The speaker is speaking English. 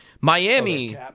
Miami